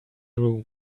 room